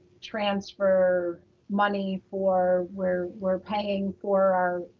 transfer money for where we're paying for our